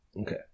Okay